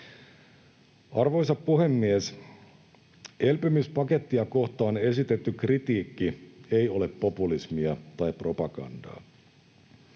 Arvoisa puhemies! Elpymispakettia kohtaan esitetty kritiikki ei ole populismia tai propagandaa.